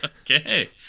Okay